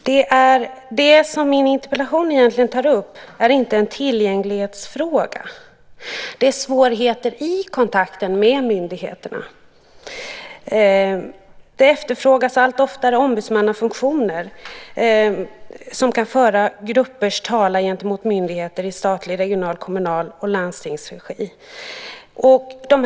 Det som min interpellation egentligen tar upp är inte en tillgänglighetsfråga. Det handlar om svårigheter i kontakten med myndigheterna. Det efterfrågas allt oftare ombudsmannafunktioner som kan föra gruppers talan gentemot myndigheter i statlig, regional, kommunal och landstingskommunal regi.